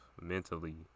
mentally